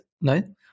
No